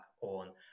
on